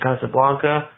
Casablanca